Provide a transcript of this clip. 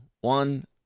one